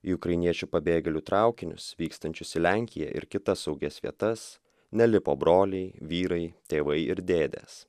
į ukrainiečių pabėgėlių traukinius vykstančius į lenkiją ir kitas saugias vietas nelipo broliai vyrai tėvai ir dėdės